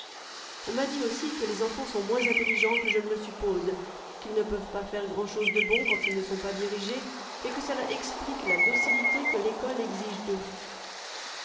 on m'a dit aussi que les enfants sont moins intelligents que je ne le suppose qu'ils ne peuvent pas faire grand'chose de bon quand ils ne sont pas dirigés et que cela explique la docilité que l'ecole exige d'eux